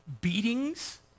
Beatings